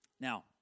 Now